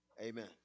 Amen